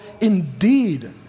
indeed